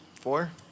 Four